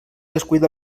descuida